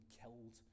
killed